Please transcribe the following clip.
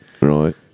right